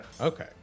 Okay